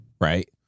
right